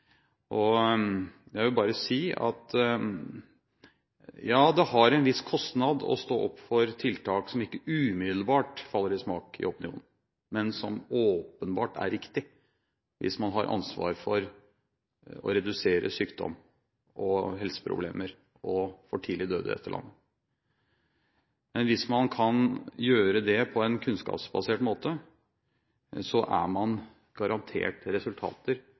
har en viss kostnad å stå opp for tiltak som ikke umiddelbart faller i smak i opinionen, men som åpenbart er riktig hvis man har ansvar for å redusere sykdom og helseproblemer og for tidlig død i dette landet. Men hvis man kan gjøre det på en kunnskapsbasert måte, er man garantert resultater